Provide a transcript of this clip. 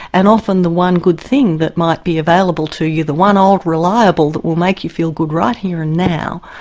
and often the one good thing that might be available to you, the one old reliable that will make you feel good right here and now,